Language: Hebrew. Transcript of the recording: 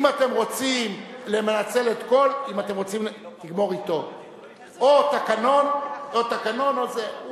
או תקנון או זה.